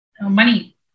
money